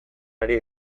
ari